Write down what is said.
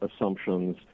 assumptions